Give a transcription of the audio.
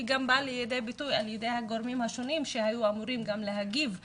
גם באה לידי ביטוי על ידי הגורמים השונים שהיו אמורים גם להגיב לדוח.